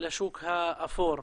לשוק האפור.